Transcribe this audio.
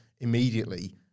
immediately